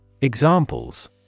Examples